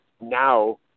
now